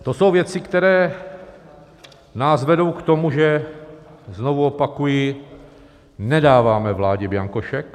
To jsou věci, které nás vedou k tomu, že znovu opakuji nedáváme vládě bianko šek.